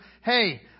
hey